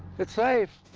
it's safe.